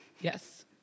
Yes